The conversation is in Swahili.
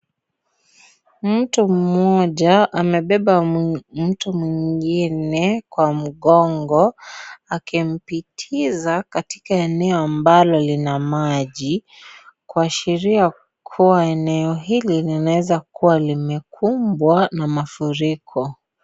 Mtu mmoja amebeba mtu mwingine kwa mgongo, akimpitisha katika eneo ambalo lina maji. Kuashiria kuwa, eneo hili linaweza kuwa limekumbwa na mafuriko.